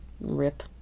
Rip